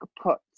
put